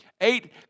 eight